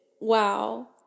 Wow